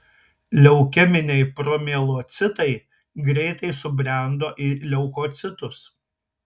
leukeminiai promielocitai greitai subrendo į leukocitus